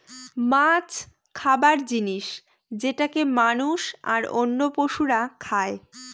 মাছ খাবার জিনিস যেটাকে মানুষ, আর অন্য পশুরা খাই